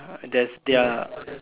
there's their